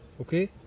Okay